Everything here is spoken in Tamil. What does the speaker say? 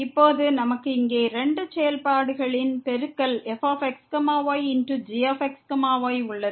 இப்போது நமக்கு இங்கே இரண்டு செயல்பாடுகளின் பெருக்கல் fx ygx y உள்ளது